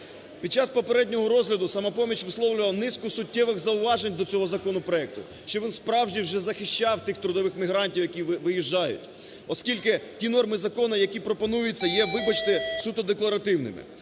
Під час попереднього розгляду "Самопоміч" висловлювала низку суттєвих зауважень до цього законопроекту, щоб він справді вже захищав тих трудових мігрантів, які виїжджають. Оскільки ті норми закону, які пропонуються, є, вибачте, суто декларативними.